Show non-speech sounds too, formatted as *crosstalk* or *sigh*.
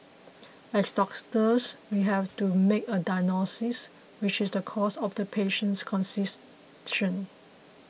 as *unintelligible* we have to make a diagnosis which is the cause of the patient's *unintelligible*